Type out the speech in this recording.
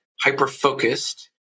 hyper-focused